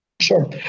Sure